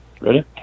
Ready